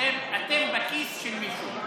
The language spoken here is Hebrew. אתם בכיס של מישהו.